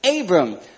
Abram